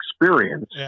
experience